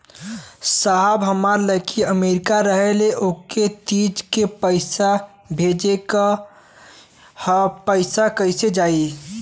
साहब हमार लईकी अमेरिका रहेले ओके तीज क पैसा भेजे के ह पैसा कईसे जाई?